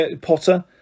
Potter